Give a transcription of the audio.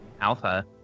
alpha